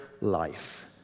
life